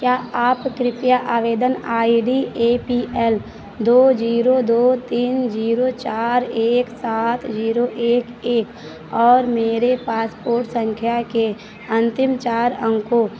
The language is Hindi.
क्या आप कृपया आवेदन I D A P L दो जीरो दो तीन जीरो चार एक सात जीरो एक एक और मेरे पासपोर्ट संख्या के अंतिम चार अंकों